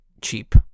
cheap